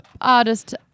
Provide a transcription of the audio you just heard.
artist